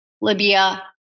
Libya